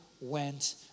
went